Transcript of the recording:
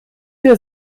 der